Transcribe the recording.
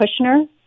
Kushner